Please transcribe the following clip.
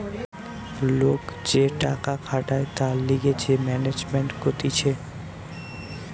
লোক যে টাকা খাটায় তার লিগে যে ম্যানেজমেন্ট কতিছে